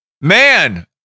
man